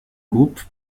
groupe